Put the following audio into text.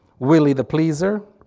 willie the pleaser,